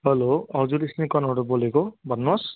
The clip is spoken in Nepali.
हेलो हजुर स्निकनबाट बोलेको भन्नुहोस्